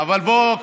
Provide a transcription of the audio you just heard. אבל בואו,